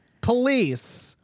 police